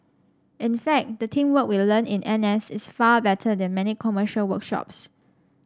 in fact the teamwork we learn in N S is far better than many commercial workshops